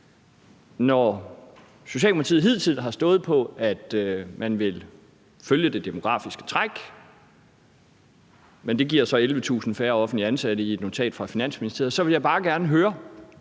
Når Socialdemokratiet hidtil har stået på, at man vil følge det demografiske træk – det giver så 11.000 færre offentligt ansatte ifølge et notat fra Finansministeriet – vil jeg bare gerne høre,